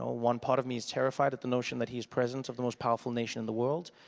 ah one part of me is terrified at the notion that he is president of the most powerful nation of the world,